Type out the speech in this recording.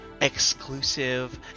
exclusive